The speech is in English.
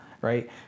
right